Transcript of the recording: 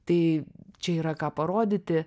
tai čia yra ką parodyti